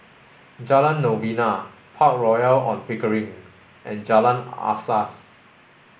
Jalan Novena Park Royal On Pickering and Jalan Asas